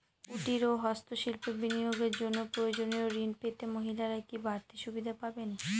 কুটীর ও হস্ত শিল্পে বিনিয়োগের জন্য প্রয়োজনীয় ঋণ পেতে মহিলারা কি বাড়তি সুবিধে পাবেন?